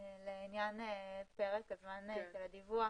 לעניין פרק הזמן של הדיווח,